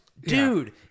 dude